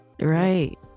right